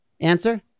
Answer